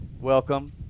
welcome